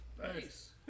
Nice